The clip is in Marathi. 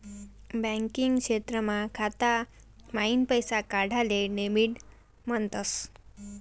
बँकिंग क्षेत्रमा खाता माईन पैसा काढाले डेबिट म्हणतस